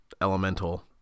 elemental